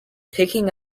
picking